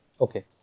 Okay